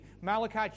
Malachi